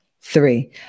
three